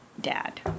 dad